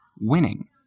winning